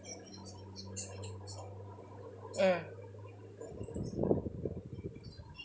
mm